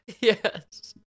Yes